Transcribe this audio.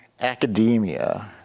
academia